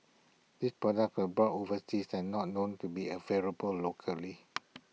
these products were bought overseas and not known to be available locally